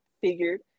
figured